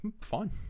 Fine